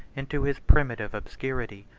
into his primitive obscurity.